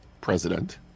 president